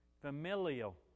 familial